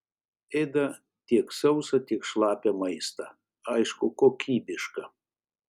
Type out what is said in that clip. ėda tiek sausą tiek šlapią maistą aišku kokybišką